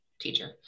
teacher